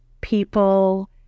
people